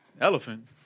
Elephant